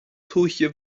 tuaithe